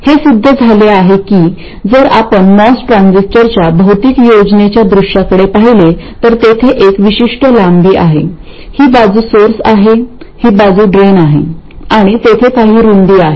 हे सिद्ध झाले की जर आपण मॉस ट्रान्झिस्टरच्या भौतिक योजनेच्या दृश्याकडे पाहिले तर तेथे एक विशिष्ट लांबी आहे ही बाजू सोर्स आहे ही बाजू ड्रेन आहे आणि तेथे काही रुंदी आहे